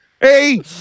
Hey